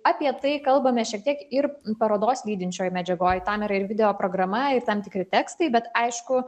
apie tai kalbame šiek tiek ir parodos lydinčioj medžiagoj tam yra ir video programa ir tam tikri tekstai bet aišku